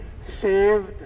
saved